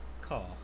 Call